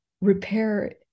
repair